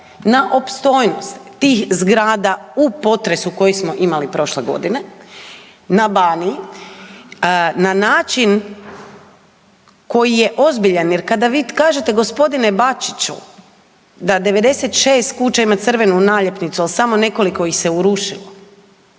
na opstojnost tih zgrada u potresu koji smo imali prošle godine na Baniji, na način koji je ozbiljan, jer kada vi kažete, g. Bačiću, da 96 kuća ima crvenu naljepnicu, ali samo nekoliko ih se urušilo,